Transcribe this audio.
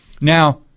Now